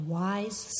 wise